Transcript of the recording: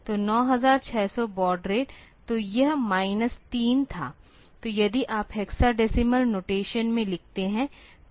तो 9600 baud rate तो यह माइनस 3 था तो यदि आप हेक्साडेसिमल नोटेशन में लिखते हैं